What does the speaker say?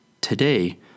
Today